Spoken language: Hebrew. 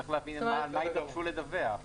צריך להבין על מה יידרשו לדווח.